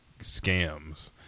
scams